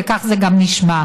וכך זה גם נשמע.